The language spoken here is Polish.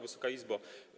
Wysoka Izbo!